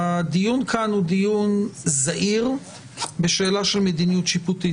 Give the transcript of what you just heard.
הדיון כאן הוא דיון זעיר בשאלה של מדיניות שיפוטית.